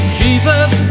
jesus